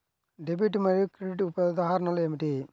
Debit మరియు credit ఉదాహరణలు ఏమిటీ?